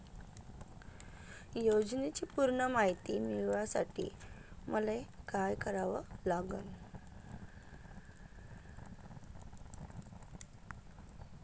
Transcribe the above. योजनेची पूर्ण मायती मिळवासाठी मले का करावं लागन?